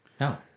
No